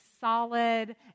solid